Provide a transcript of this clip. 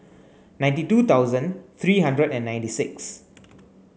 ninety two thousand three hundred and ninety six